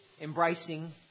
embracing